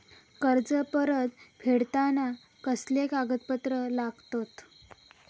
कर्ज परत फेडताना कसले कागदपत्र लागतत?